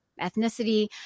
ethnicity